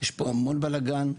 יש פה המון בלגן,